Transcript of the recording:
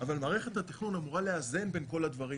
אבל מערכת התכנון אמורה לאזן בין כל הדברים